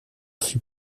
fut